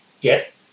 get